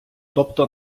тобто